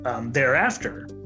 thereafter